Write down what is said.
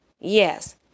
yes